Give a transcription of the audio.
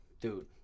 Dude